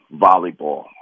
volleyball